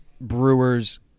Brewers